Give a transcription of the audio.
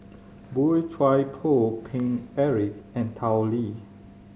Boey Chuan Poh Paine Eric and Tao Li